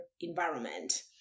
environment